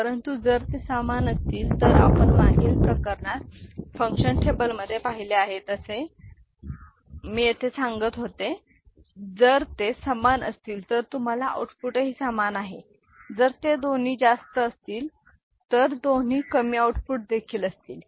परंतु जर ते समान असतील तर आपण मागील प्रकरणात फंक्शन टेबलमध्ये पाहिले आहे जसे मी तिथे सांगत होते जर ते समान असतील तर तुम्हाला आउटपुटही समान आहेत जर ते दोन्ही जास्त असतील आणि दोन्हीही कमी आउटपुट देखील असतील